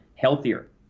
healthier